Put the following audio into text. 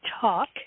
Talk